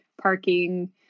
parking